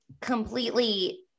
completely